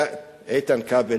איתן כבל,